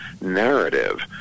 narrative